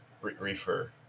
refer